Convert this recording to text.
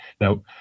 now